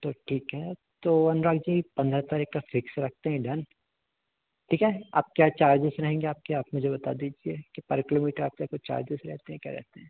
तो ठीक है तो अनुराग जी पन्द्रह तारीख का फ़िक्स रखते हैं डन ठीक है अब क्या चार्जेस रहेंगे आपके आप मुझे बता दीजिए कि पर किलोमीटर आपके यहाँ कुछ चार्जेस रहते हैं क्या रहते हैं